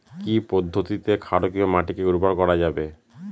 কি পদ্ধতিতে ক্ষারকীয় মাটিকে উর্বর করা যাবে?